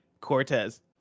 Cortez